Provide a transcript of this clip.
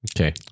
Okay